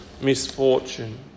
misfortune